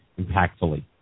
impactfully